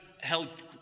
held